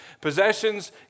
Possessions